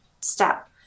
step